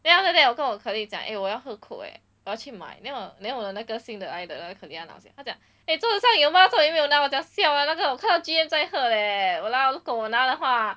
then after that 我跟我的 colleague 讲诶我要喝 coke eh 我要去买 then 我 then 我那个新的来的那个 colleague 很好心他讲诶桌子上有 mah 为你没有那我讲 siao ah 那个我看到 G_M 在喝 leh !walao! look 如果我拿的话